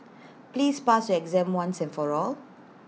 please pass your exam once and for all